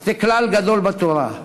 זה כלל גדול בתורה".